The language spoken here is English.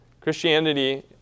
Christianity